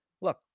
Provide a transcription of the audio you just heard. look